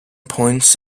points